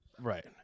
right